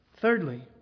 Thirdly